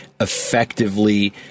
effectively